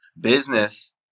business